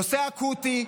נושא אקוטי,